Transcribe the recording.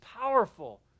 powerful